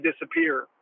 disappear